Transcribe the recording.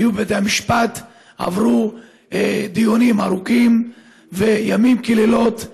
היו בבתי המשפט, עברו דיונים ארוכים, ימים ולילות.